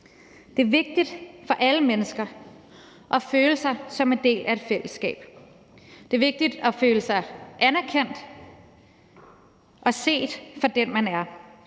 Det er vigtigt for alle mennesker at føle sig som en del af et fællesskab. Det er vigtigt at føle sig anerkendt og set som den, man er.